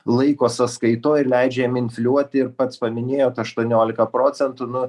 laiko sąskaitoj ir leidžia jiem infliuoti ir pats paminėjot aštuoniolika procentų nu